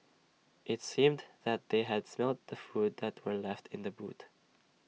IT seemed that they had smelt the food that were left in the boot